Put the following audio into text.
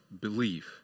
believe